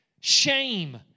shame